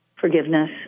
forgiveness